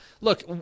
look